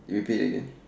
repeat again